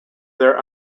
their